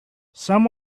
some